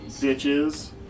Ditches